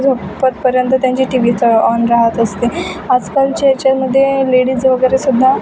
झोपतपर्यंत त्यांची टी वीच ऑन राहात असते आजकालचे हेच्यामध्ये लेडीज वगैरेसुद्धा